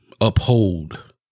Uphold